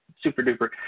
super-duper